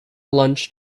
lunch